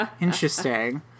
Interesting